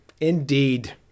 Indeed